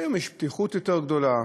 היום יש פתיחות יותר גדולה,